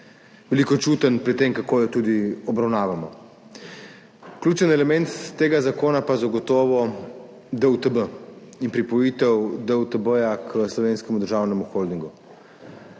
tankočuten pri tem, kako jo obravnavamo. Ključen element tega zakona pa je zagotovo DUTB in pripojitev DUTB k Slovenskemu državnemu holdingu.